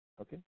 Okay